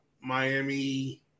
Miami